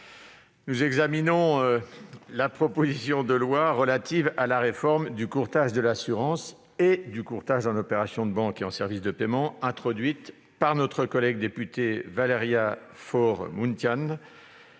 nous examinons la proposition de loi relative à la réforme du courtage de l'assurance et du courtage en opérations de banque et en services de paiement, introduite par notre collègue députée Valéria Faure-Muntian,